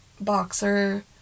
boxer